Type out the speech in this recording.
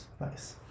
Nice